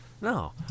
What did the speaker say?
No